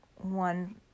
one